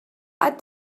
add